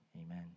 Amen